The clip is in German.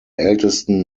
ältesten